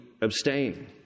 abstain